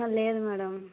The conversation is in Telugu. లేదు మేడం